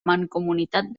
mancomunitat